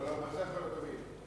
מה זה אחרון הדוברים?